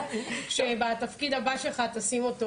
משהו שבתפקיד הבא שלך תשים אותו